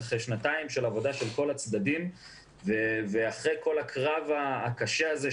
אחרי שנתיים של עבודה של כל הצדדים ואחרי כלל הקרב הקשה הזה,